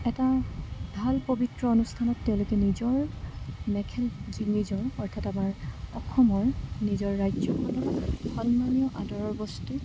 এটা ভাল পৱিত্ৰ অনুষ্ঠানত তেওঁলোকে নিজৰ মেখেলা যি নিজৰ অৰ্থাৎ আমাৰ অসমৰ নিজৰ ৰাজ্যখনত সন্মানীয় আদৰৰ বস্তু